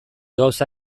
gauza